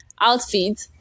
outfit